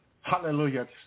Hallelujah